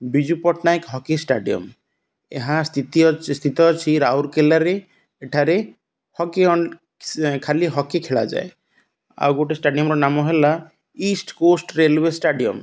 Biju Patnaik hockey stadium ଏହା ସ୍ଥିତି ସ୍ଥିତ ଅଛି ରାଉରକେଲାରେ ଏଠାରେ ହକି ଖାଲି ହକି ଖେଳାଯାଏ ଆଉ ଗୋଟେ ଷ୍ଟାଡ଼ିୟମ୍ର ନାମ ହେଲା ଇଷ୍ଟ୍ କୋଷ୍ଟ୍ ରେଲ୍ୱେ ଷ୍ଟାଡ଼ିୟମ୍